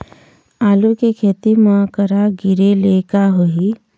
आलू के खेती म करा गिरेले का होही?